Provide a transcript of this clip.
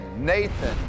Nathan